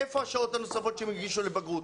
איפה השעות הנוספות שהם יגישו לבגרות?